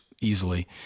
easily